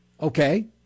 Okay